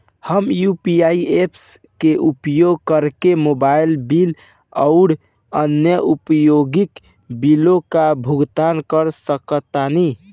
हम UPI apps के उपयोग करके मोबाइल बिल आउर अन्य उपयोगिता बिलों का भुगतान कर सकतानी